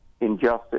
injustice